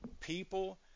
people